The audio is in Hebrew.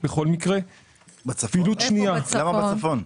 למה בצפון?